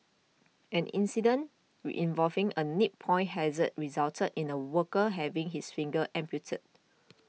an incident we involving a nip point hazard resulted in a worker having his fingers amputated